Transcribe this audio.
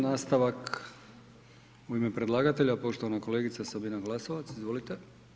Nastavak u ime predlagatelja, poštovana kolegica Sabina Glasovac, izvolite,